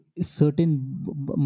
certain